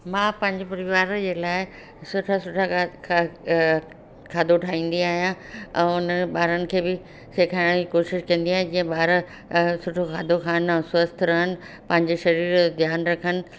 मां पंहिंजे परिवार जे लाइ सुठा सुठा खाधो ठाहींदी आहियां ऐं उन ॿारनि खे बि सेखारण जी कोशिशि कंदी आहियां जीअं ॿार सुठो खाधो खाईंदा आहिनि स्वस्थ रहन पंहिंजे शरीर जो ध्यानु रखनि